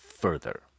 further